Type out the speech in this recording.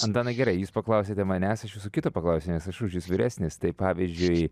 antanai gerai jūs paklausėte manęs aš jūsų kito paklausiu nes aš už jus vyresnis tai pavyzdžiui